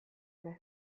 ere